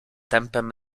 tempem